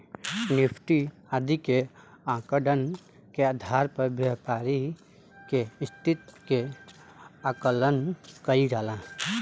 Nifty आदि के आंकड़न के आधार पर व्यापारि के स्थिति के आकलन कईल जाला